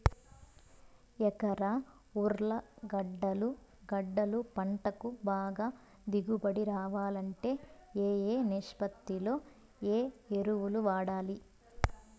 ఎకరా ఉర్లగడ్డలు గడ్డలు పంటకు బాగా దిగుబడి రావాలంటే ఏ ఏ నిష్పత్తిలో ఏ ఎరువులు వాడాలి?